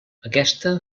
aquesta